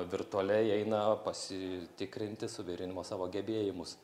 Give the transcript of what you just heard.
virtualiai eina pasitikrinti suvirinimo savo gebėjimus